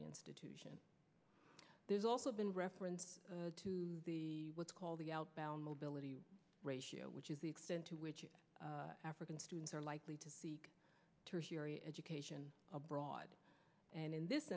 institution there's also been reference to what's called the outbound mobility ratio which is the extent to which african students are likely to seek tertiary education abroad and in this